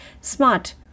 SMART